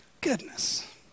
goodness